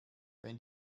wenn